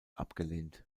abgelehnt